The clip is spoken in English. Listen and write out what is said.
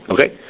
Okay